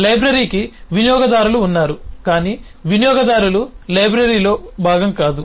లైబ్రరీకి వినియోగదారులు ఉన్నారు కాని వినియోగదారులు లైబ్రరీలో భాగం కాదు